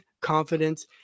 confidence